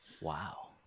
Wow